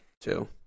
two